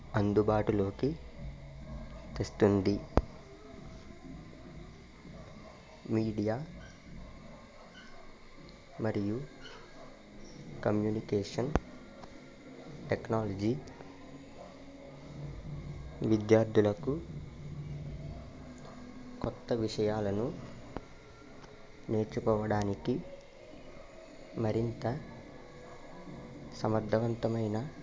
అందుబాటులోకి తెస్తుంది మీడియా మరియు కమ్యూనికేషన్ టెక్నాలజీ విద్యార్థులకు కొత్త విషయాలను నేర్చుకోవడానికి మరింత సమర్థవంతమైన